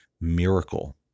miracle